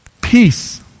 Peace